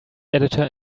editor